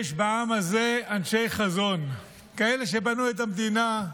יש בעם הזה אנשי חזון, כאלה שבנו את המדינה,